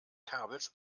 kabels